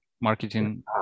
marketing